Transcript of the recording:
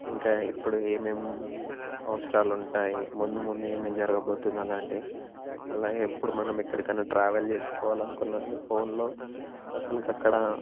ఇంకా ఇప్పుడు ఏమేం అవసరాలు ఉంటాయి ముందు ముందు ఏమేం జరగబోతుంది అలాంటివి అలాగే ఎప్పుడు మనం ఎక్కడికన్నా ట్రావెల్ చేసుకోవాలనుకున్నా కానీ ఫోన్లో అసలు అక్కడా